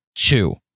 Two